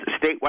statewide